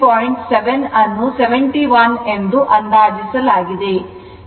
7 ಅನ್ನು 71 ಎಂದು ಅಂದಾಜಿಸಲಾಗಿದೆ